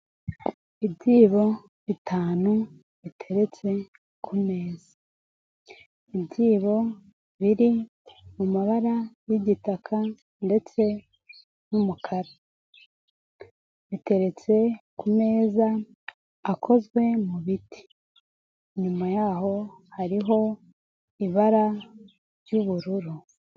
Ibyibo bitanu biteretse kumeza. Ibyibo biri mu mabara y'igitaka ndetse n'umukara, biteretse ku meza akozwe mu biti nyuma yaho hariho ibara ry'ubururu.